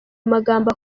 amagambo